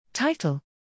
Title